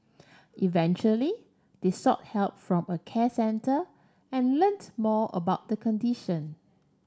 eventually they sought help from a care centre and learnt more about the condition